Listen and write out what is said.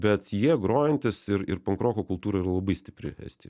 bet jie grojantys ir ir pankroko kultūra yra labai stipri estijoj